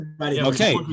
okay